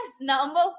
number